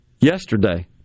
yesterday